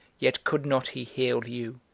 yet could not he heal you,